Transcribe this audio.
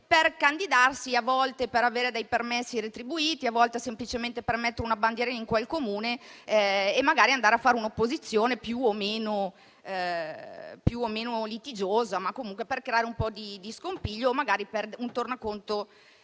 si candidi solo per avere dei permessi retribuiti, a volte semplicemente per mettere una bandierina in quel Comune, magari andare a fare un'opposizione, più o meno litigiosa, comunque per creare un po' di scompiglio o magari per un tornaconto